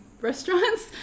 restaurants